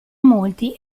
molti